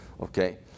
Okay